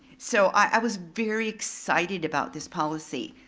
so i was very excited about this policy.